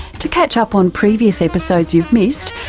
to catch up on previous episodes you've missed,